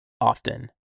often